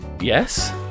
Yes